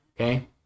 okay